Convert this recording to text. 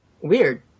Weird